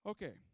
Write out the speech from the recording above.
Okay